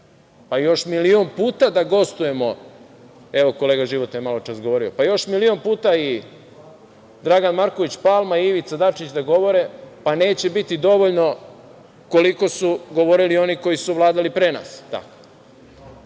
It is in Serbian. Još milion puta da gostujemo, evo, kolega Života je maločas govorio, još milion puta i Dragan Marković Palma i Ivica Dačić da govore, pa neće biti dovoljno koliko su govorili oni koji su vladali pre nas.